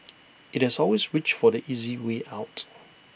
IT has always reached for the easy way out